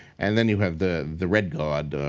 and then you have the the red god,